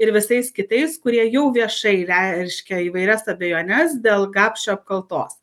ir visais kitais kurie jau viešai reiškia įvairias abejones dėl gapšio apkaltos